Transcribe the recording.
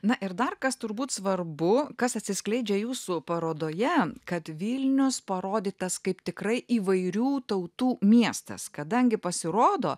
na ir dar kas turbūt svarbu kas atsiskleidžia jūsų parodoje kad vilnius parodytas kaip tikrai įvairių tautų miestas kadangi pasirodo